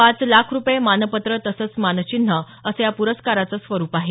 पाच लाख रुपये मानपत्र तसंच मानचिन्ह असं या प्रस्काराचं स्वरूप आहे